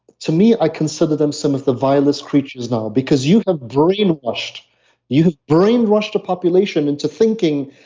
to me i consider them some of the vilest creatures now, because you have brainwashed you have brained rushed a population into thinking,